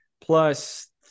plus